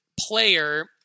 player